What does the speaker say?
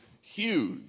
huge